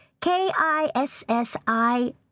K-I-S-S-I